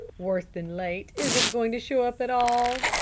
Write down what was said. worse than late isn't going to show up at all.